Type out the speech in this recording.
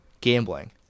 gambling